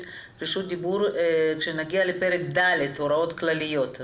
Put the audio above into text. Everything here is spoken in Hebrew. רשות דיבור כשנגיע לפרק ד': הוראות כלליות.